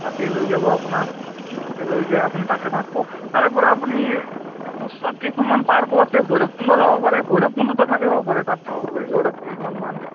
তাতে লৈ যাব আপোনাক তাতে লৈ যায় আপুনি তাতে থাকব তাৰেপৰা আপুনি ওচৰত কেইখনমান পাৰ্কো আছে ভৈৰৱকুণ্ড যাব পাৰে ভৈৰৱকুণ্ডতো থাকিব পাৰে তাতেও ৰিজৰ্ট আছে কেইখনমান